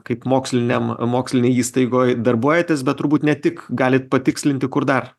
kaip moksliniam mokslinėj įstaigoj darbuojatės bet turbūt ne tik galit patikslinti kur dar